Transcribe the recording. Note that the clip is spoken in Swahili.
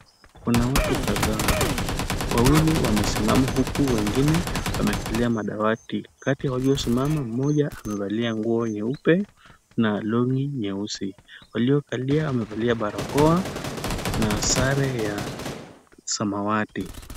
Kuna watu kadhaa. Wawili wamesimama huku wengine wamekalia madawati. Kati ya waliosimama mmoja amevalia nguo nyeupe na longi nyeusi. Waliokalia wamevalia barakoa na sare ya samawati.